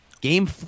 Game